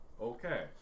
Okay